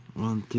one, two,